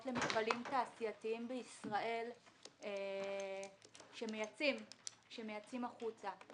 למפעלים תעשייתיים בישראל שמייצאים החוצה.